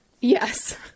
Yes